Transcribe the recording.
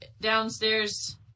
downstairs